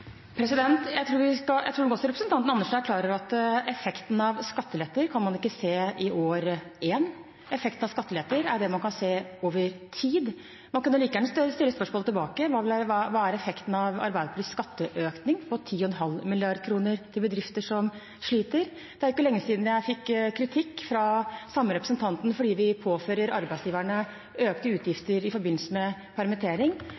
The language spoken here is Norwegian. Jeg tror representanten Andersen er klar over at effekten av skattelette kan man ikke se år én. Effekten av skattelette kan man se over tid. Man kunne like gjerne stille spørsmålet tilbake: Hva er effekten av Arbeiderpartiets skatteøkning på 10,5 mrd. kr til bedrifter som sliter? Det er ikke lenge siden jeg fikk kritikk fra representanten fordi vi påfører arbeidsgiverne økte utgifter i forbindelse med permittering.